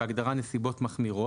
בהגדרה "נסיבות מחמירות",